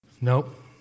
Nope